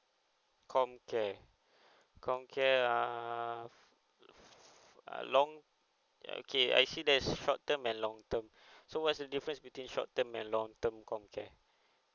comcare comcare err uh long okay I see there is short term and long term so what's the difference between short term and long term comcare